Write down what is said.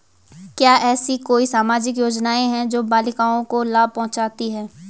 क्या ऐसी कोई सामाजिक योजनाएँ हैं जो बालिकाओं को लाभ पहुँचाती हैं?